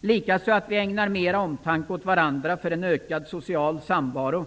viktigt att vi ägnar mera omtanke åt varandra och får en ökad social samvaro.